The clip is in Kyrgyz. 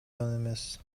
эмес